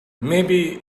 maybe